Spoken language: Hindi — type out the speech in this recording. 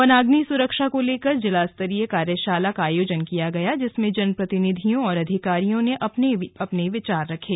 वन अग्नि सुरक्षा को लेकर जिला स्तरीय कार्यशाला का आयोजन किया गया जिसमें जनप्रतिनिधियों और अधिकारियों ने अपने अपने विचार रखे